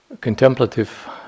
contemplative